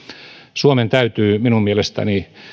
suomen täytyy minun mielestäni